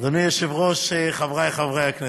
אדוני היושב-ראש, חברי חברי הכנסת,